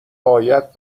باید